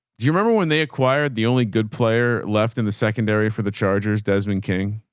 do you remember when they acquired the only good player left in the secondary for the chargers desmond king?